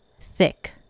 thick